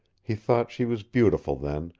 he thought she was beautiful then,